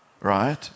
Right